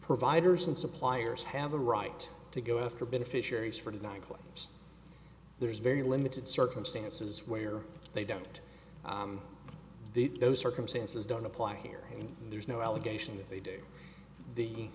providers and suppliers have a right to go after beneficiaries for deny claims there's very limited circumstances where they don't those circumstances don't apply here again there's no allegation that they do the